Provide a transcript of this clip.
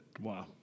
Wow